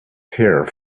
here